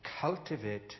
cultivate